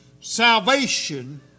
salvation